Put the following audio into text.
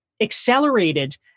accelerated